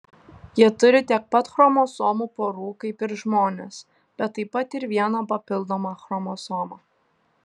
jie turi tiek pat chromosomų porų kaip ir žmonės bet taip pat ir vieną papildomą chromosomą